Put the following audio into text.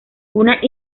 una